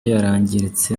yarangiritse